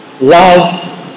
love